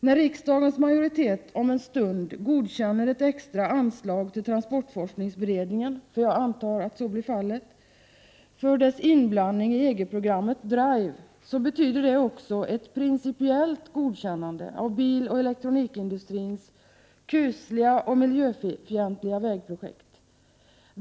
När riksdagens majoritet om en stund godkänner ett extra anslag till transportforskningsberedningen — jag antar att så blir fallet — för dess inblandning i EG-programmet DRIVE, så betyder det också ett principiellt godkännande av biloch elektronikindustrins kusliga och miljöfientliga vägprojekt.